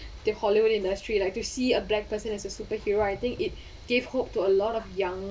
the hollywood industry like to see a black person as a superhero I think it gave hope to a lot of young